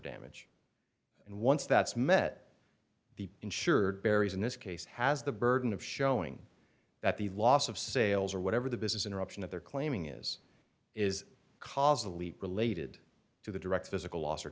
damage and once that's met the insured berrys in this case has the burden of showing that the loss of sales or whatever the business interruption that they're claiming is is caused a leap related to the direct physical loss or